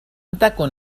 تكن